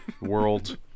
world